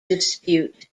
dispute